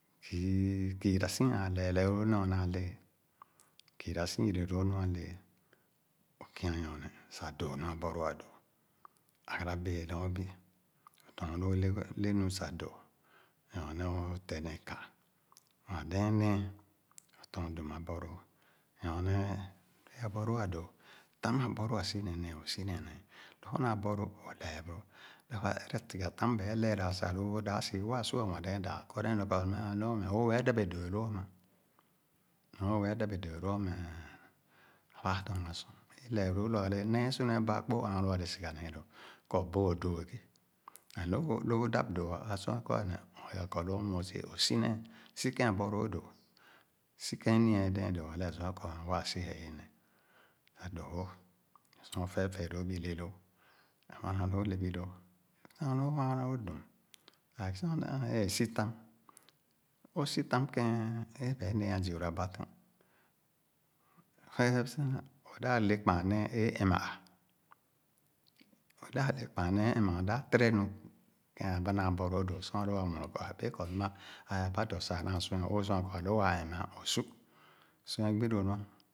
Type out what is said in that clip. Ogo-06-C028-3. Zii küra si´an lɛɛ lõõ nu a´naa lẽẽ. Küra si yerie lõõ nu a´lèé. Õ kia nyorne sah dõõ nu abɔ lõõ a´dõõ. Agarabẽẽ nɔ bẽ, õ tɔ̃ɔ̃n lu le e´ le nu sah dõõ. Nyorne o´ teh neh ka, nwa dɛɛn niẽ, tɔ̃ɔ dum a´lɔɔ lõõ. Nyorne é abɔloo é dõõ. Tam abɔlõõ õ lɛɛ bòrò Nyorbe ã ɛrɛaigha tam ba´e lɛɛra sah lõõ ò dàp si waa su´a anwadɛ̃ɛ̃ñ dàn. Kɔ wa neh kɔ lõ, o´ dãpè dõõ lõ´ ma. Meh õ´dabè dõõ lo´ma enh enh, baa ba´a dɔɔna sor, meh i. Lɛɛ boro ló wõ, nee su nee baa´kpo ã ããn lõ ale sigha nee lõ kɔ bõõ ghe. And lõ bẽẽ lõ õrdap dõõ, abã sor é kɔ´a neh meh ō yiga lɔ yiga lɔ wɛɛ si´e, õ´si nee, si kẽn abɔlõõ dõ, si kẽn é nià ya dɛɛn do, a´lɛ ã sua kɔ waa si´ ne ye neh, sah dõõ wõ lõ kɔ feefee lõõ be le lõọ, nwana lõõ lẽ bii lõõ Nu zilu nwana loo dum, like sor n´aa ãã bẽẽ sitam, õ´sitam kẽn ẽ ba è ne´a zuura ba tɔn, ẽhep si na, ō´dap le kpããn nẽẽ é Ɛma ã, sor alõọ waa muena é kɔ a´bee kɔ numa ãã ye ba dɔ sah ã nãã sua, õõ sua kɔ alõ aa ɛmáa õ´su, sor é gbi ló nu´ã